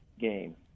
game